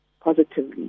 positively